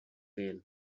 wheel